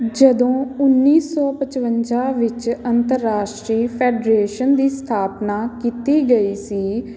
ਜਦੋਂ ਉੱਨੀ ਸੌ ਪਚਵੰਜਾ ਵਿੱਚ ਅੰਤਰਰਾਸ਼ਟਰੀ ਫੈਡਰੇਸ਼ਨ ਦੀ ਸਥਾਪਨਾ ਕੀਤੀ ਗਈ ਸੀ